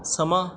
ਸਮਾਂ